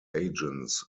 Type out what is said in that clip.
agents